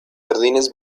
jardines